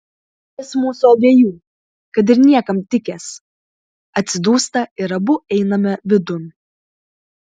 jis mūsų abiejų kad ir niekam tikęs atsidūsta ir abu einame vidun